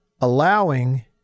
allowing